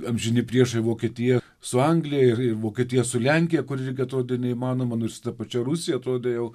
amžini priešai vokietija su anglija ir ir vokietija su lenkija kur irgi atrodė neįmanoma nu ir su ta pačia rusija atrodė jau